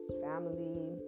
family